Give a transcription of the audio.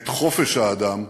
את חופש האדם,